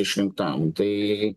išrinktam tai